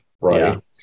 Right